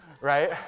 right